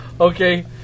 Okay